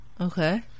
Okay